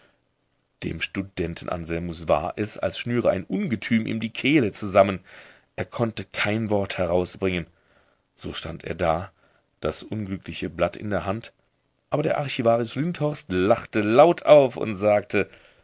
dem studenten anselmus war es als schnüre ein ungetüm ihm die kehle zusammen er konnte kein wort herausbringen so stand er da das unglückliche blatt in der hand aber der archivarius lindhorst lachte laut auf und sagte